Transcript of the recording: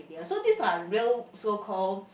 so this are real so called